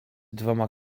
dwoma